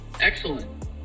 Excellent